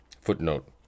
Footnote